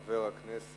אדוני, חבר הכנסת